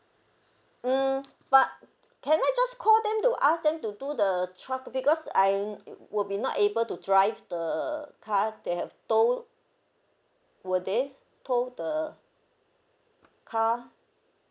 mm but can I just call them to ask them to do the truck because I would be not able to drive the car they have tow were they tow the car